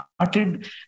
started